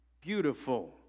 beautiful